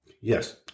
Yes